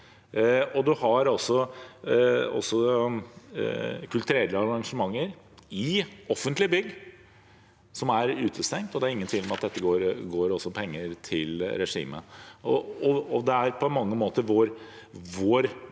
Man har også kulturelle arrangementer i offentlige bygg der man blir utestengt, og det er ingen tvil om at der går det også penger til regimet. Det er på mange måter vår